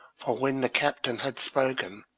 for when the captain had spoken,